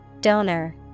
Donor